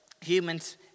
humans